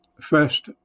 first